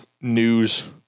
news